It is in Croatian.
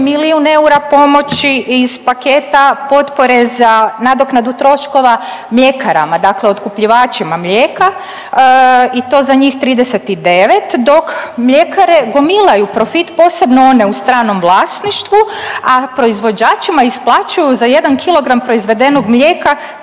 milijun eura pomoći iz paketa potpore za nadoknadu troškova mljekarama, dakle otkupljivačima mlijeka. I to za njih 39, dok mljekare gomilaju profit posebno one u stranom vlasništvu, a proizvođačima isplaćuju za jedan kilogram proizvedenog mlijeka